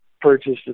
purchased